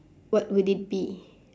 what would it be